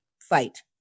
fight